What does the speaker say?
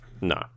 No